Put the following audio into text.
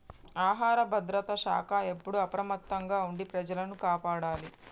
ఆహార భద్రత శాఖ ఎప్పుడు అప్రమత్తంగా ఉండి ప్రజలను కాపాడాలి